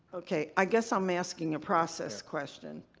okay. i guess i'm asking a process question.